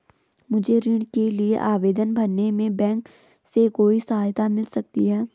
मुझे ऋण के लिए आवेदन भरने में बैंक से कोई सहायता मिल सकती है?